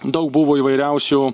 daug buvo įvairiausių